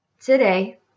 today